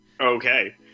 Okay